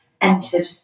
entered